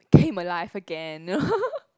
came alive again